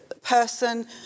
person